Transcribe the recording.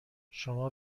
شما